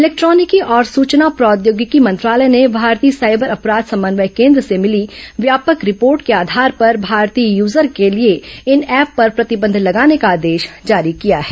इलेक्ट्रॉनिकी और सूचना प्रौद्योगिकी मंत्रालय ने भारतीय साइबर अपराध समन्वय केंद्र से भिली व्यापक रिपोर्ट के आधार पर भारतीय यूजर के लिए इन ऐप पर प्रतिबंध लगाने का आदेश जारी किया है